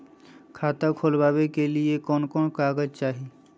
खाता खोलाबे के लिए कौन कौन कागज चाही?